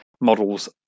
models